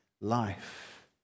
life